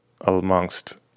amongst